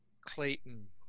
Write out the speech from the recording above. Clayton